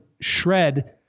shred